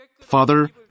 Father